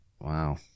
Wow